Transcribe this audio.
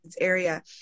Area